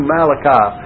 Malachi